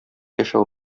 яшәү